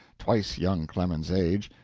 twice young clemens's age,